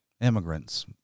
immigrants